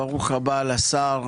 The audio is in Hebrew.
ברוך הבא לשר,